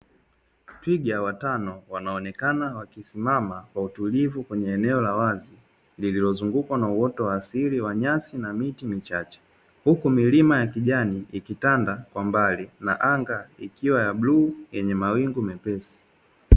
Twiga watano wanaonekana wakisimama kwa utulivu kwenye eneo la wazi, lililozungukwa na uoto wa asili wa nyasi na miti michache, huku milima ya kijani ikitanda kwa mbali, na anga ikiwa ya bluu yenye mawingu mepesi.